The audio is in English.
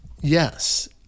Yes